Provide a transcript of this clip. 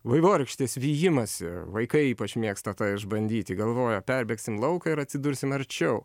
vaivorykštės vijimąsi vaikai ypač mėgsta tą išbandyti galvoja perbėgsime lauką ir atsidursim arčiau